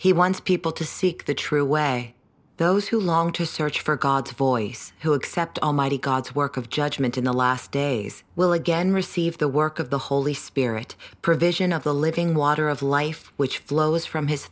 he wants people to seek the true way those who long to search for god's voice who accept almighty god's work of judgement in the last days will again receive the work of the holy spirit provision of the living water of life which flows from his